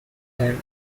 time